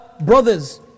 brothers